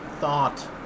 thought